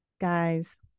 Guys